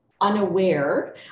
unaware